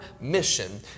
mission